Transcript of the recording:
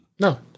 No